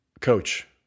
coach